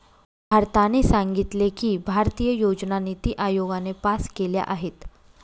भारताने सांगितले की, भारतीय योजना निती आयोगाने पास केल्या आहेत